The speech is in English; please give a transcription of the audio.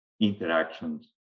interactions